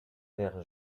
vers